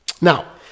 Now